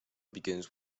begins